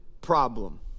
problem